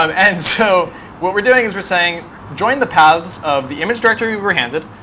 um and so what we're doing is we're saying join the paths of the image director we were handed,